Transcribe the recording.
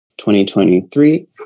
2023